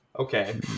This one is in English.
Okay